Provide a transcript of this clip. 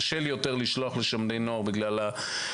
קשה לי יותר לשלוח לשם בני נוער בגלל הסוגיה.